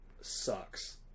sucks